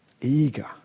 eager